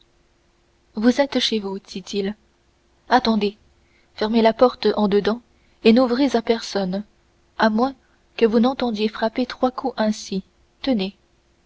vous êtes chez vous dit-il attendez fermez la porte en dedans et n'ouvrez à personne à moins que vous n'entendiez frapper trois coups ainsi tenez